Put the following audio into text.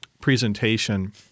presentation